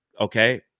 Okay